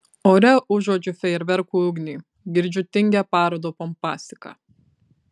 ore užuodžiu fejerverkų ugnį girdžiu tingią parado pompastiką